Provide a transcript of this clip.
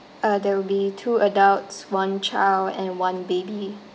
uh there will be two adults one child and one baby